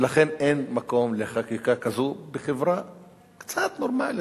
ולכן אין מקום לחקיקה כזו בחברה קצת נורמלית,